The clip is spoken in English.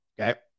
Okay